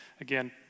again